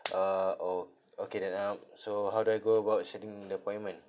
uh ok~ okay then um so how do I go about scheduling the appointment